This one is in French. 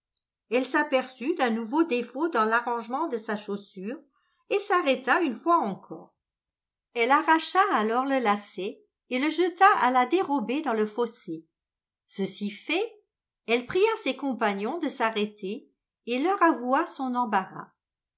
elle s'aperçut d'un nouveau défaut dans l'arrangement de sa chaussure et s'arrêta une fois encore elle arracha alors le lacet et le jeta à la dérobée dans le fossé ceci fait elle pria ses compagnons de s'arrêter et leur avoua son embarras